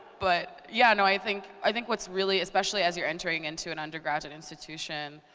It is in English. but yeah, no, i think i think what's really, especially as you're entering into an undergraduate institution,